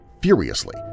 furiously